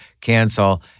cancel